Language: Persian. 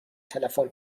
تلفن